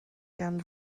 gan